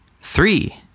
Three